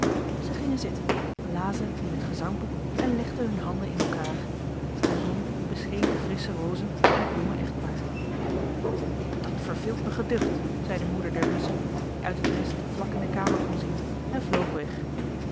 zij gingen zitten lazen in het gezangboek en legden hun handen in elkaar de zon bescheen de frissche rozen en het jonge echtpaar dat verveelt mij geducht zei de moeder der musschen die uit het nest vlak in de kamer kon zien en vloog weg